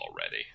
already